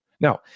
Now